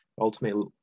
ultimately